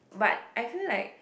but I feel like